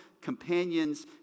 companions